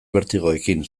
bertigoekin